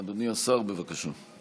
אדוני השר, בבקשה.